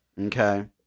Okay